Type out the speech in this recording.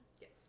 yes